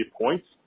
points